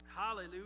Hallelujah